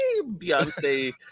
Beyonce